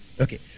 Okay